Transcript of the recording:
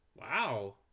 Wow